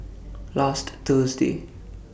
last Thursday